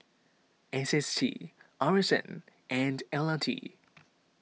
S S T R S N and L R T